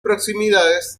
proximidades